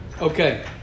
Okay